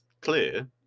clear